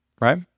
right